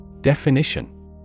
Definition